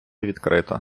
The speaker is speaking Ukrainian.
відкрито